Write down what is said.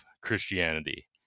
Christianity